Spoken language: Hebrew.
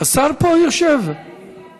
יושב-ראש הכנסת,